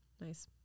Nice